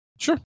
Sure